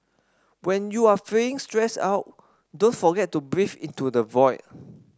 when you are feeling stressed out don't forget to breathe into the void